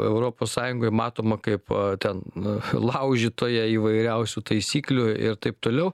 europos sąjungoj matoma kaip ten laužytoja įvairiausių taisyklių ir taip toliau